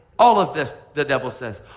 all of this, the devil says,